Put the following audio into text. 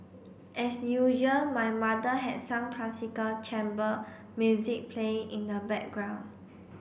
as usual my mother had some classical chamber music playing in the background